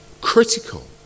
critical